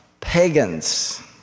pagans